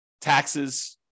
taxes